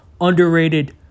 underrated